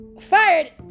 Fired